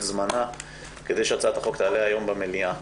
אני נותן ליועצת המשפטית את זמנה כדי שהצעת החוק תעלה היום במליאה.